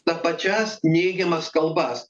ta pačias neigiamas kalbas